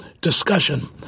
discussion